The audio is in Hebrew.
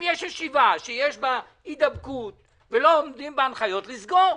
אם יש ישיבה שיש בה הידבקות ולא עומדים בהנחיות לסגור.